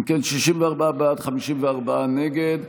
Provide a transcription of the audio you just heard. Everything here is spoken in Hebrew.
אם כן, 64 בעד, 54 נגד.